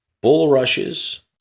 bulrushes